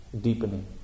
deepening